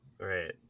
Right